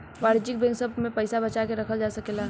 वाणिज्यिक बैंक सभ में पइसा बचा के रखल जा सकेला